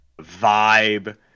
vibe